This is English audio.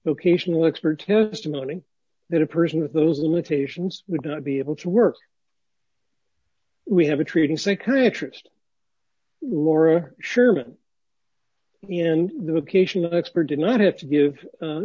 vocational expert testimony that a person with those limitations would not be able to work we have a treating psychiatrist laura sherman and the occasional expert did not have to give